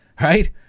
Right